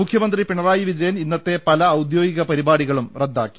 മുഖ്യമന്ത്രി പിണ റായി വിജയൻ ഇന്നത്തെ പല ഔദ്യോഗിക പരിപാടികളും റദ്ദാക്കി